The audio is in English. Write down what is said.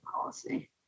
policy